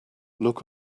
look